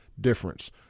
difference